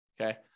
okay